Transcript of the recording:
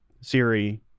Siri